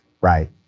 right